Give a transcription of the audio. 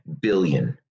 billion